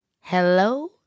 hello